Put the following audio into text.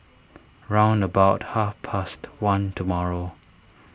round about half past one tomorrow